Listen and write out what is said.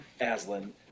Aslan